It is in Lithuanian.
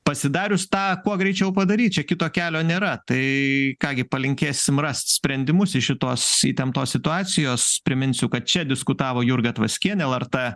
pasidarius tą kuo greičiau padaryt čia kito kelio nėra tai ką gi palinkėsim rast sprendimus iš šitos įtemptos situacijos priminsiu kad čia diskutavo jurga tvaskienė lrt